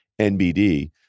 NBD